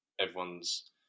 everyone's